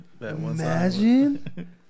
Imagine